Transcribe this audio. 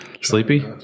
sleepy